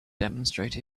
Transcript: demonstrate